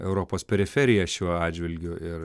europos periferija šiuo atžvilgiu ir